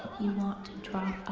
you want to